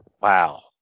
Wow